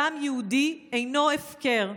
דם יהודי אינו הפקר.